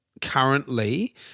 currently